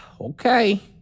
Okay